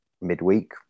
midweek